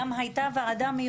ולנסות למצוא את הדרך לשנות מילים,